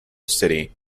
city